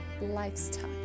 lifestyle